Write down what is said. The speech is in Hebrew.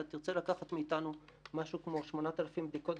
אתה תרצה לקחת מאיתנו משהו כמו 8,000 בדיקות?